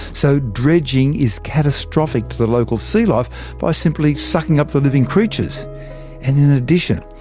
so dredging is catastrophic to the local sea life by simply sucking up the living creatures and in addition,